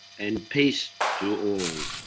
and peace to all.